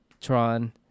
Tron